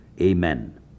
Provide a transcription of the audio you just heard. Amen